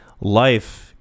life